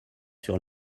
sur